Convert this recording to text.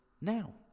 Now